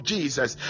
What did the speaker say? Jesus